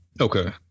Okay